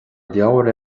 leabhar